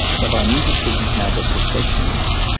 but i'm interested in how the professionals,